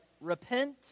repent